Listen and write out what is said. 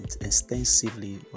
extensively